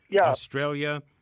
Australia